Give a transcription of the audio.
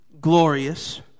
glorious